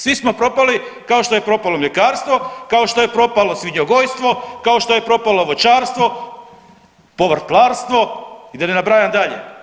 Svi smo propali kao što je propalo mljekarstvo, kao što je propalo svinjogojstvo, kao što je propalo voćarstvo, povrtlarstvo i da ne nabrajam dalje.